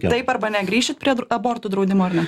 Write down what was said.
taip arba ne grįšit prie abortų draudimo ar ne